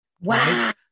wow